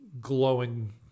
glowing